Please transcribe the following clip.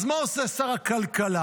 אז מה עושה שר הכלכלה,